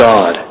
God